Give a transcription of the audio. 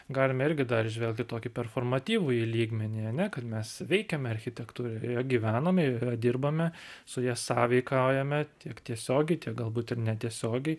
galim irgi dar įžvelgti tokį performatyvųjį lygmenį ane kad mes veikiame architektūre gyvename joje dirbame su ja sąveikaujame tiek tiesiogiai tiek galbūt ir netiesiogiai